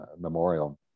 Memorial